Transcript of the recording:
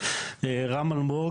רם אלמוג,